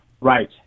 right